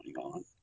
on